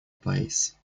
place